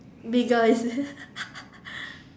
bigger is it